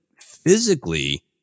physically